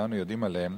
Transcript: שכולם פה יודעים עליהם: